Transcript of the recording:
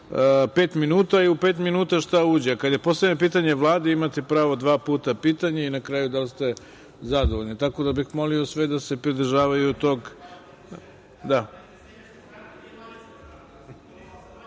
pet minuta i u pet minuta šta uđe. Kada je postavljanje pitanje Vladi imate pravo dva puta pitanja i na kraju da li ste zadovoljni. Molio bih sve da se pridržavaju tog. Reč